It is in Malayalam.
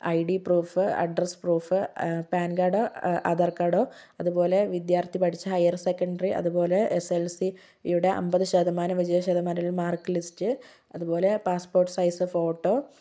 I D proof address proof PAN കാർഡോ ആധാർ കാർഡോ അതുപോലെ വിദ്യാർത്ഥി പഠിച്ച ഹയർ സെക്കൻഡറി അതുപോലെ എസ് സി അൻപത് ശതമാനം വിജയം ശതമാനം മാർക്ക് ലിസ്റ്റ് അതുപോലെ passport size photo L C അൻപത് ശതമാനം വിജയം ശതമാനം മാർക്ക് ലിസ്റ്റ് അതുപോലെ പാസ്പോർട്ട് സൈസ് ഫോട്ടോ